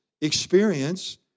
experience